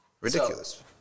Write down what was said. ridiculous